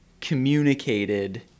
communicated